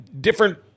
different